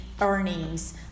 earnings